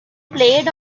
played